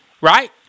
right